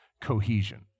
cohesion